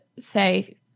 say